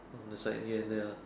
from the side ya now